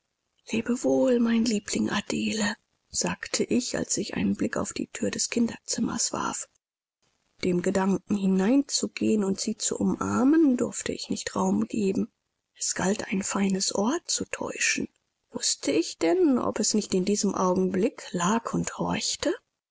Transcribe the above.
lebewohl mein liebling adele sagte ich als ich einen blick auf die thür des kinderzimmers warf dem gedanken hineinzugehen und sie zu umarmen durfte ich nicht raum geben es galt ein feines ohr zu täuschen wußte ich denn ob es nicht in diesem augenblick lag und horchte